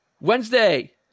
Wednesday